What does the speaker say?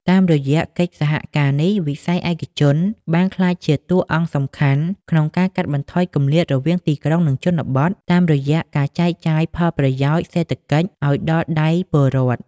តាមរយៈកិច្ចសហការនេះ វិស័យឯកជនបានក្លាយជាតួអង្គសំខាន់ក្នុងការកាត់បន្ថយគម្លាតរវាងទីក្រុង និងជនបទ តាមរយៈការចែកចាយផលប្រយោជន៍សេដ្ឋកិច្ចឱ្យដល់ដៃពលរដ្ឋ។